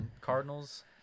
Cardinals